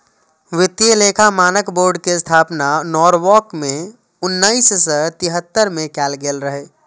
वित्तीय लेखा मानक बोर्ड के स्थापना नॉरवॉक मे उन्नैस सय तिहत्तर मे कैल गेल रहै